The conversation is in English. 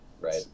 right